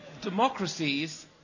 Democracies